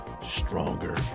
Stronger